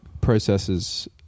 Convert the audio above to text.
processes